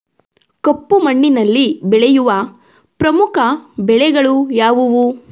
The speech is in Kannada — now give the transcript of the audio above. ಕಪ್ಪು ಮಣ್ಣಿನಲ್ಲಿ ಬೆಳೆಯುವ ಪ್ರಮುಖ ಬೆಳೆಗಳು ಯಾವುವು?